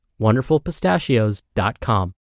wonderfulpistachios.com